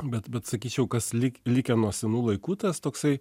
bet bet sakyčiau kas lik likę nuo senų laikų tas toksai